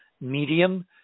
medium